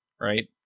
right